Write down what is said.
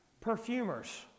Perfumers